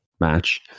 match